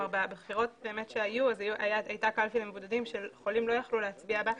בבחירות שהיו הייתה קלפי למבודדים שחולים לא יכלו להצביע בה.